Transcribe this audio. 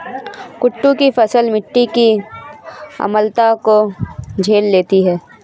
कुट्टू की फसल मिट्टी की अम्लता को झेल लेती है